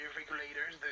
regulators